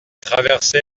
traversé